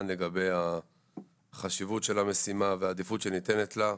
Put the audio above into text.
לגבי החשיבות של המשימה והעדיפות שניתנת לה.